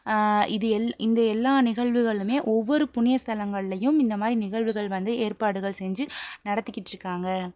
இது எல் இந்த எல்லா நிகழ்வுகளுமே ஒவ்வொரு புண்ணி ஸ்தலங்கள்லையும் இந்த மாதிரி நிகழ்வுகள் வந்து ஏற்பாடுகள் செஞ்சு நடத்திக்கிட்டிருக்காங்க